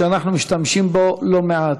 שאנחנו משתמשים בו לא מעט: